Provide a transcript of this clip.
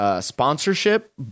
sponsorship